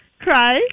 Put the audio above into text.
Cry